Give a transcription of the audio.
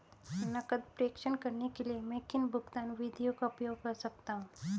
नकद प्रेषण करने के लिए मैं किन भुगतान विधियों का उपयोग कर सकता हूँ?